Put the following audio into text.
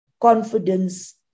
confidence